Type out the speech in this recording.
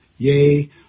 Yea